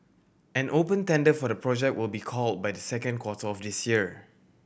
an open tender for the project will be call by the second quarter of this year